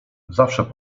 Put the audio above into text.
zawsze